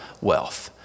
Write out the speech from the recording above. wealth